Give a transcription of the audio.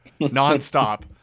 nonstop